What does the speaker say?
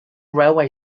railway